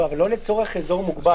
אבל לא לצורך אזור מוגבל.